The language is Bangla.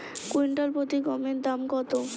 কুইন্টাল প্রতি গমের দাম কত?